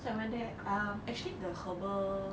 so I went there err actually the herbal